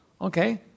Okay